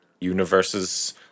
universes